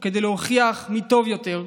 או כדי להוכיח מי טוב יותר,